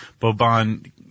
Boban